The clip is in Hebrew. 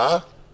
רגע, רגע.